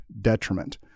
detriment